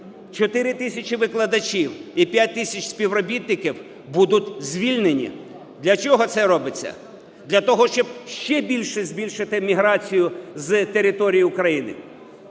4 тисячі викладачів і 5 тисяч співробітників будуть звільнені. Для чого це робиться? Для того, щоб ще більше збільшити міграцію з території України.